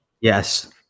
Yes